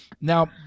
Now